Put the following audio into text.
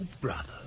brother